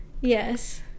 Yes